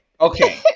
Okay